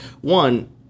one